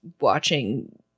watching